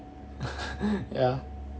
ya